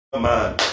man